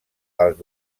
els